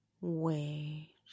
Wait